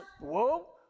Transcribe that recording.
whoa